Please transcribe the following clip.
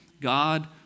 God